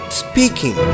speaking